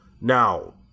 Now